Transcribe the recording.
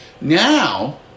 Now